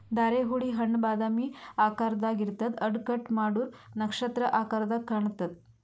ಧಾರೆಹುಳಿ ಹಣ್ಣ್ ಬಾದಾಮಿ ಆಕಾರ್ದಾಗ್ ಇರ್ತದ್ ಅಡ್ಡ ಕಟ್ ಮಾಡೂರ್ ನಕ್ಷತ್ರ ಆಕರದಾಗ್ ಕಾಣತದ್